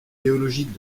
théologiques